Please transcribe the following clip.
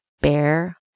bear